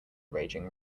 raging